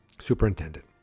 superintendent